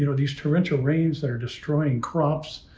you know these torrential rains that are destroying crops.